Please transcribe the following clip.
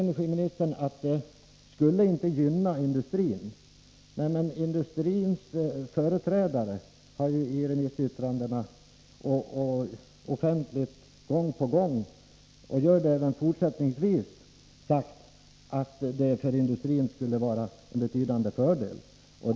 Energiministern säger att mervärdeskatt inte skulle gynna industrin. Men industrins företrädare har ju i remissyttrandena och offentligt gång på gång sagt att en sådan skulle vara en betydande fördel för industrin, och de säger detta även fortsättningsvis.